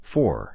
Four